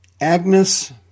Agnes